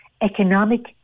economic